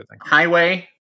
highway